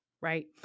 right